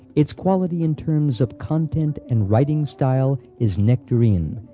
its quality in terms of content and writing style is nectarean,